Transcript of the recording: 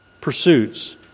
pursuits